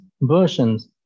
versions